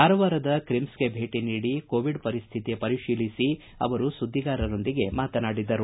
ಕಾರವಾರದ ಕ್ರಿಮ್ಸ್ಗೆ ಭೇಟ ನೀಡಿ ಕೊವಿಡ್ ಪರಿಸ್ಟಿತಿ ಪರಿಶೀಲಿಸಿ ಸುದ್ದಿಗಾರರೊಂದಿಗೆ ಮಾತನಾಡಿದರು